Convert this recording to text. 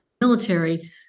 military